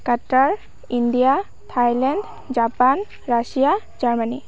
Qatar India Thailand Japan Russia Germany